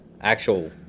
actual